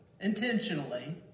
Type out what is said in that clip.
intentionally